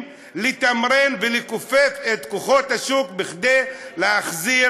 לתמרן ולכופף את כוחות השוק כדי להחזיר,